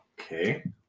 Okay